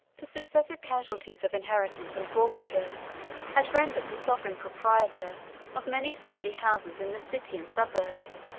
the successive casualties of inheritance and forfeiture had rendered the sovereign proprietor of many stately houses in the city and suburbs,